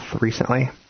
recently